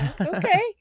Okay